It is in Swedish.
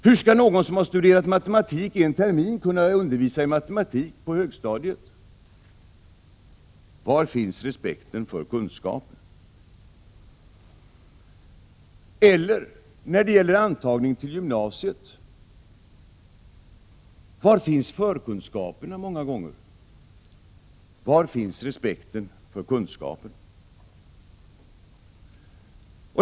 Hur skall någon som har studerat matematik under en termin kunna undervisa i matematik på högstadiet? Eller — när det gäller antagning till gymnasiet — brister det inte i förkunskaperna många gånger? Var finns respekten för kunskapen?